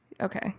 Okay